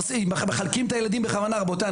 שמחלקים את הילדים בכוונה רבותי,